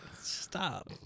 stop